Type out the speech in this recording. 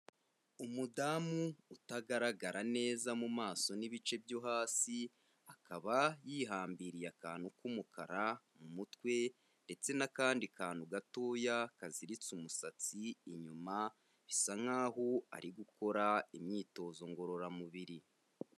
Umudamu utagaragara neza mumaso n'ibice byo hasi, akaba yihambiriye akantu k'umukara mu mutwe ndetse n'akandi kantu gatoya kaziziritse umusatsi inyuma bisa nkaho ari gukora imyitozo ngororamubiri.